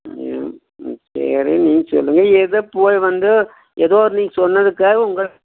ம் சரி நீங்கள் சொல்லுங்கள் ஏதோ போய் வந்து ஏதோ ஒரு நீங்கள் சொன்னதுக்காக உங்கள்